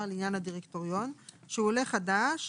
שהוא עולה חדש